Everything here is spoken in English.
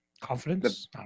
Confidence